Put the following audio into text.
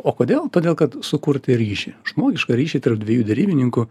o kodėl todėl kad sukurti ryšį žmogišką ryšį tarp dviejų derybininkų